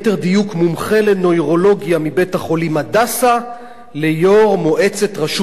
מומחה לנוירולוגיה מבית-החולים "הדסה" ליו"ר מועצת רשות העתיקות.